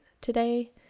today